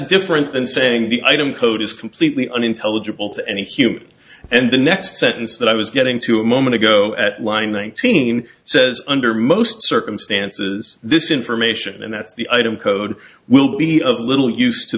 that's different than saying the item code is from unintelligible to any human and the next sentence that i was getting to a moment ago at line nineteen says under most circumstances this information and that's the item code will be of little use to